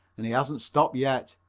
and he hasn't stopped yet.